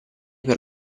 per